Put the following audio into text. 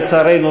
לצערנו,